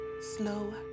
slow